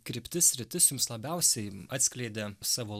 kryptis sritis jums labiausiai atskleidė savo